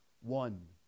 One